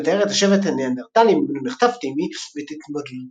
וכן מתאר את השבט הניאנדרטלי ממנו נחטף טימי,